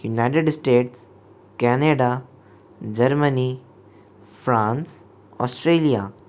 United States Canada Germany France Australia